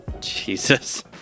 Jesus